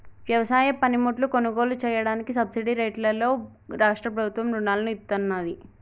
వ్యవసాయ పనిముట్లు కొనుగోలు చెయ్యడానికి సబ్సిడీ రేట్లలో రాష్ట్ర ప్రభుత్వం రుణాలను ఇత్తన్నాది